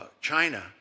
China